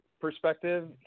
perspective